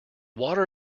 water